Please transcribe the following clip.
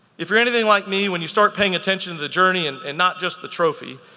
if you're anything like me, when you start paying attention to the journey and and not just the trophy,